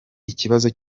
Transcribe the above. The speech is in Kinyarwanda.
ikibazo